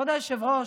כבוד היושב-ראש,